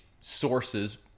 sources